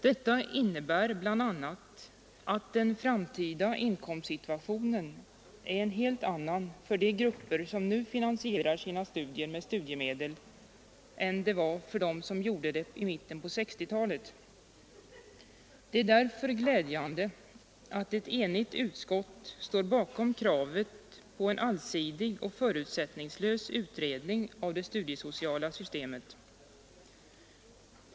Detta innebär bl.a. att den framtida inkomstsituationen är en helt annan för de grupper som nu finansierar sina studier med studiemedel än den var för dem som gjorde det i mitten på 1960-talet. Det är därför glädjande att ett enigt utskott står bakom kravet på en allsidig och förutsättningslös utredning av det studiesociala systemet.